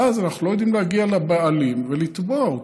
ואז אנחנו לא יודעים להגיע לבעלים ולתבוע אותו.